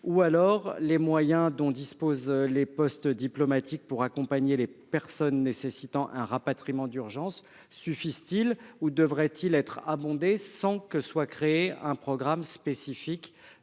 ? Les moyens dont disposent les postes diplomatiques pour accompagner les personnes nécessitant un rapatriement d'urgence suffisent-ils ou devraient-ils être abondés sans que soit pour autant créé un programme spécifique